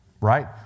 Right